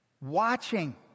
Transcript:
watching